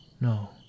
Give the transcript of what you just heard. No